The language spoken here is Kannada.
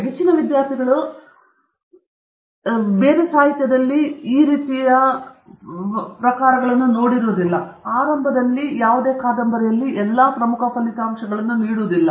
ಇಲ್ಲಿ ಹೆಚ್ಚಿನ ವಿದ್ಯಾರ್ಥಿಗಳು ಹೆಚ್ಚಿನ ಕಷ್ಟವನ್ನು ಹೊಂದಿದ್ದಾರೆ ಏಕೆಂದರೆ ನೀವು ಓದುವ ಯಾವುದೇ ಇತರ ಸಾಹಿತ್ಯದ ಸಾಹಿತ್ಯವು ಆರಂಭದಲ್ಲಿ ಸರಿಯಾಗಿ ಒಂದು ಕಾದಂಬರಿಯಲ್ಲೇ ಎಲ್ಲಾ ಪ್ರಮುಖ ಫಲಿತಾಂಶಗಳನ್ನು ನೀಡುವುದಿಲ್ಲ